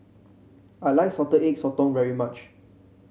I like Salted Egg Sotong very much